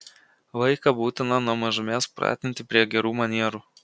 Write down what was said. vaiką būtina nuo mažumės pratinti prie gerų manierų